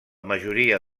majoria